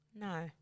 No